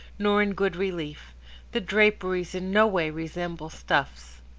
nor in good relief the draperies in no way resemble stuffs.